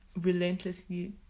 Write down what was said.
relentlessly